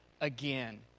again